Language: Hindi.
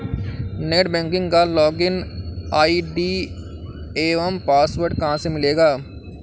नेट बैंकिंग का लॉगिन आई.डी एवं पासवर्ड कहाँ से मिलेगा?